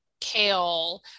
kale